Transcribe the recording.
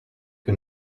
que